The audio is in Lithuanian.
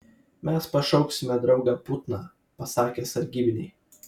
mes pašauksime draugą putną pasakė sargybiniai